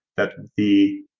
that the